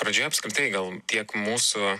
pradžioje apskritai gal tiek mūsų